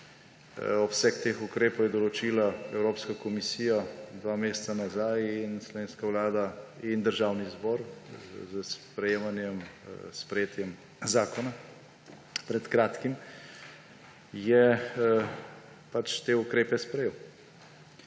Obseg teh ukrepov je določila Evropska komisija dva meseca nazaj in slovenska vlada in državni zbor s sprejetjem zakona pred kratkim sta pač te ukrepe sprejela.